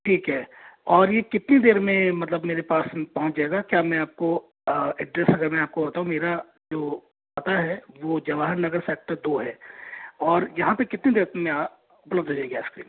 ठीक है और ये कितनी देर में मतलब मेरे पास पहुँच जाएगा क्या मैं आपको एड्रेस मैं आपको बताऊँ मेरा जो पता है वो जवाहर नगर सेक्टर दो है और यहाँ पर कितनी देर में पहुँच जाएगी आइसक्रीम